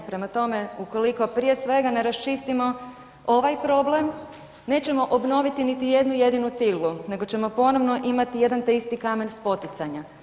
Prema tome, ukoliko prije sve ne raščistimo ovaj problem nećemo obnoviti niti jednu jedinu ciglu nego ćemo ponovo imati jedan te isti kamen spoticanja.